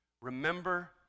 Remember